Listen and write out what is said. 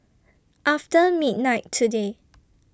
after midnight today